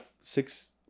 six